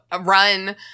run